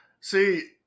See